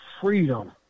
freedom